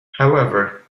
however